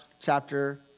chapter